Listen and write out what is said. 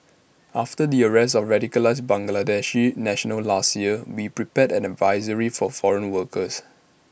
after the arrest of radicalised Bangladeshi nationals last year we prepared an advisory for foreign workers